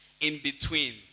in-between